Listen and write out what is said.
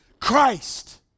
Christ